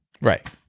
Right